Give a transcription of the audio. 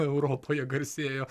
europoje garsėjo